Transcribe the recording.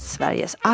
Sveriges